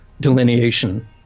delineation